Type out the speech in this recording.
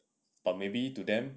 but maybe to them